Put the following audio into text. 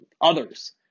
others